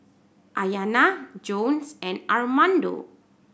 Ayana Jones and Armando